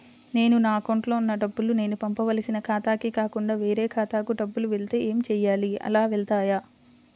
నేను నా అకౌంట్లో వున్న డబ్బులు నేను పంపవలసిన ఖాతాకి కాకుండా వేరే ఖాతాకు డబ్బులు వెళ్తే ఏంచేయాలి? అలా వెళ్తాయా?